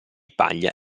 paglia